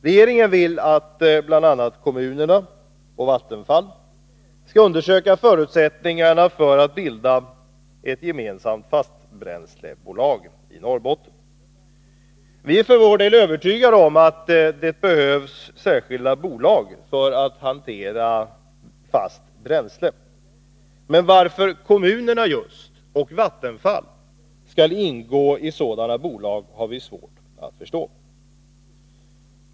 Regeringen vill att bl.a. kommunerna och Vattenfall skall undersöka förutsättningarna för att bilda ett gemensamt fastbränslebolagi Norrbotten. Vi är för vår del övertygade om att det behövs särskilda bolag för att hantera fast bränsle, men varför just kommunerna och Vattenfall skall ingå i sådana bolag har vi svårt att förstå.